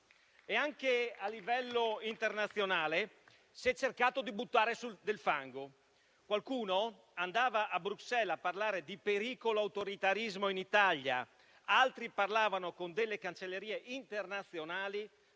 Anche a livello internazionale, si è cercato di buttarci addosso del fango: qualcuno è andato a Bruxelles a parlare di pericolo di autoritarismo in Italia; altri parlavano con cancellerie internazionali